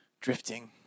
drifting